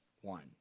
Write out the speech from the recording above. One